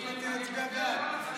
נגיף הקורונה החדש),